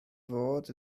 fod